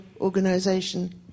organisation